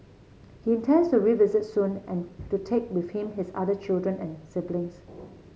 he intends to revisit soon and to take with him his other children and siblings